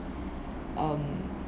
um